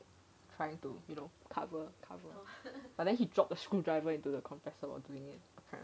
trying to you know cover cover but then he drop the screw driver into the compressor while doing it apparently